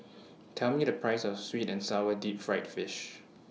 Tell Me The Price of Sweet and Sour Deep Fried Fish